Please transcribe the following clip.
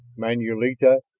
manulito,